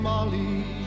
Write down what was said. Molly